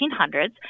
1800s